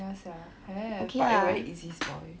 ya sia have but it'll very easy spoil